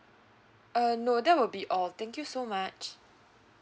uh no that will be all thank you so much